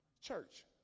church